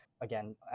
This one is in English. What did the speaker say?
Again